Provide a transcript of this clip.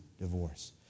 divorce